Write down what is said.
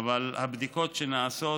אלא הבדיקות נעשות,